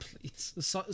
please